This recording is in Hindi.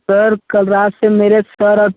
सर कल रात से मेरे सर और